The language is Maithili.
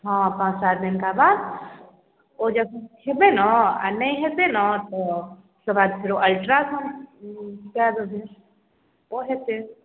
हँ पाँच सात दिनका बाद ओ जे खेबै ने आओर नहि हेतै ने तऽ तकर बाद फेर अल्ट्रासाउंड कए देबै ओ हेतै